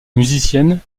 musicienne